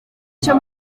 cyo